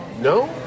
No